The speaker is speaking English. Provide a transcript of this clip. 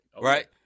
right